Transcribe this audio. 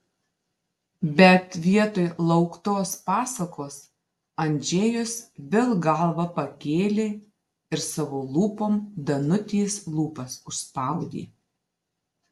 bet vietoj lauktos pasakos andžejus vėl galvą pakėlė ir savo lūpom danutės lūpas užspaudė